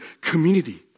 community